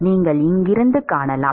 நீங்கள் இங்கிருந்து காணலாம்